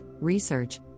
research